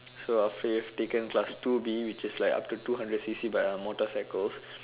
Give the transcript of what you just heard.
so after you have taken class two B which is like up to two hundred C_C by our motorcycles